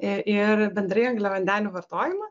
ir bendrai angliavandenių vartojimą